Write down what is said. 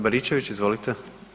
Baričević, izvolite.